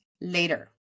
later